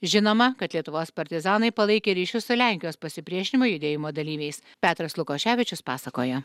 žinoma kad lietuvos partizanai palaikė ryšius su lenkijos pasipriešinimo judėjimo dalyviais petras lukoševičius pasakoja